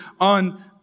on